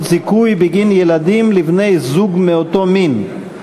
זיכוי בגין ילדים לבני-זוג מאותו המין),